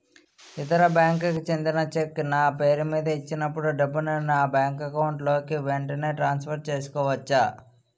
ఇతర బ్యాంక్ కి చెందిన చెక్ నా పేరుమీద ఇచ్చినప్పుడు డబ్బుని నా బ్యాంక్ అకౌంట్ లోక్ వెంటనే ట్రాన్సఫర్ చేసుకోవచ్చా?